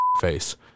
face